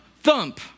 thump